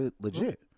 Legit